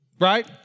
right